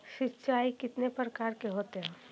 सिंचाई कितने प्रकार के होते हैं?